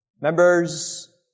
members